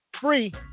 free